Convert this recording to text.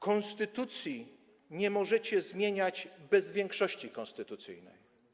Konstytucji nie możecie zmieniać bez większości konstytucyjnej.